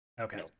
Okay